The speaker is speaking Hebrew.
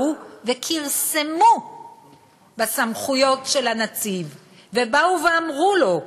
כרסמו בסמכויות של הנציב ואמרו לו: